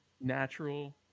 natural